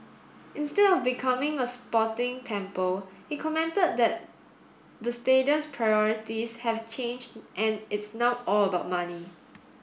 instead of becoming a sporting temple he commented that the stadium's priorities have changed and it's now all about money